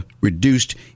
reduced